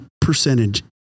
percentage